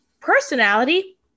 personality